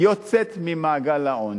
יוצאת ממעגל העוני.